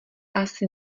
asi